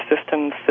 systems